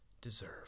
deserve